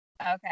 okay